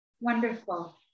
Wonderful